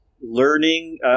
learning